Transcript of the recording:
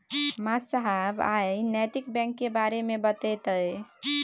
मास्साब आइ नैतिक बैंक केर बारे मे बतेतै